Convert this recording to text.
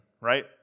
right